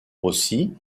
aussi